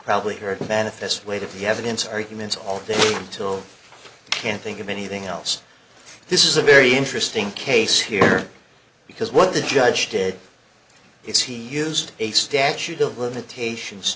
probably heard manifest weight of the evidence arguments all day till i can't think of anything else this is a very interesting case here because what the judge did is he used a statute of limitations